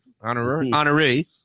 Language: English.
Honoree